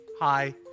Hi